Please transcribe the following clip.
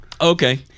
okay